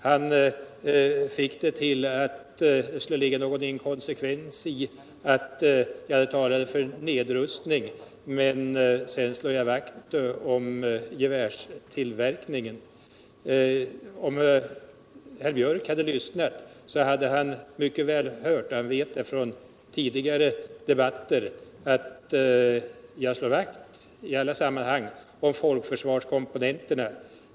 Han menade att det skulle finnas något slags inkonsekvens i att Jag talade för nedrustning samtidig! som jag slog vakt om gevärstillverkningen. Om herr Björk hade lyssnat hade han mycket väl hört — och det vet han från tidigare debatter — att jag i alla sammanhang slår vakt om folkförsvarskomponenterna.